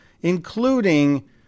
including